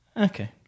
Okay